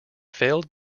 failed